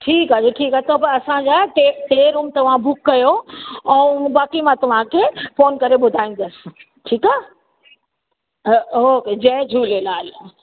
ठीकु आहे जी ठीकु आहे त असांजा टे रूम तव्हां बुक कयो ऐं बाक़ी मां तव्हांखे फोन करे ॿुधाईंदसि ठीकु आहे हा ओके जय झूलेलाल